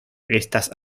estas